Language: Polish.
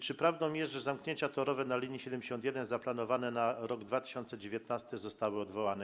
Czy prawdą jest, że zamknięcia torowe na linii nr 71 zaplanowane na rok 2019 zostały odwołane?